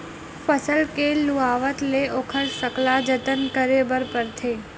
फसल के लुवावत ले ओखर सकला जतन करे बर परथे